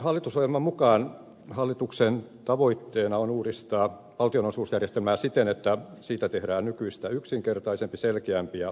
hallitusohjelman mukaan hallituksen tavoitteena on uudistaa valtionosuusjärjestelmää siten että siitä tehdään nykyistä yksinkertaisempi selkeämpi ja läpinäkyvämpi